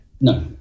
No